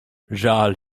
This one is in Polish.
żal